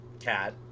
cat